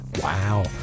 wow